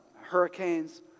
hurricanes